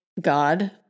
God